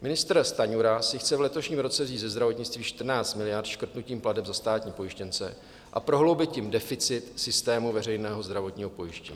Ministr Stanjura si chce v letošním roce vzít ze zdravotnictví 14 miliard škrtnutím plateb za státní pojištěnce, a prohloubit tím deficit systému veřejného zdravotního pojištění.